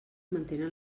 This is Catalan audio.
mantenen